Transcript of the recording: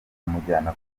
kumujyana